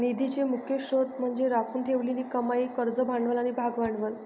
निधीचे मुख्य स्त्रोत म्हणजे राखून ठेवलेली कमाई, कर्ज भांडवल आणि भागभांडवल